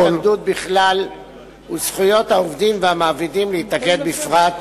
את זכות ההתאגדות בכלל ואת זכויות העובדים והמעבידים להתאגד בפרט,